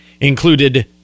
included